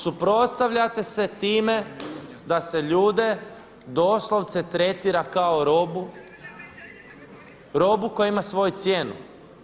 Suprotstavljate se time da se ljude doslovce tretira kao robu, robu koja ima svoju cijenu.